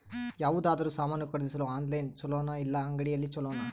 ಯಾವುದಾದರೂ ಸಾಮಾನು ಖರೇದಿಸಲು ಆನ್ಲೈನ್ ಛೊಲೊನಾ ಇಲ್ಲ ಅಂಗಡಿಯಲ್ಲಿ ಛೊಲೊನಾ?